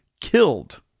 killed